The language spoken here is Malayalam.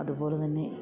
അതുപോലെ തന്നെ